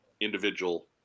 individual